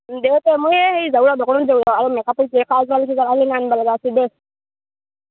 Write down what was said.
দে তে মই হে যাওঁ ৰ দোকানত যাওঁ ৰ মেক আপৰ যি পাওঁ কাজল চাজল আনিব লগা আছে দে